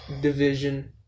division